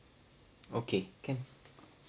okay can